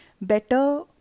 better